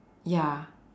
ya